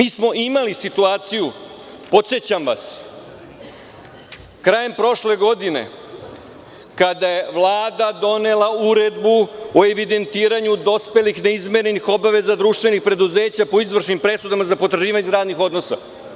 Imali smo situaciju, podsećam vas, krajem prošle godine kada je Vlada donela Uredbu o evidentiranju dospelih neizmirenih obaveza društvenih preduzeća po izvršnim presudama za potraživanja iz radnih odnosa.